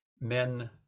Men